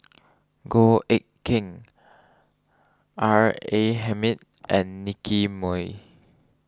Goh Eck Kheng R A Hamid and Nicky Moey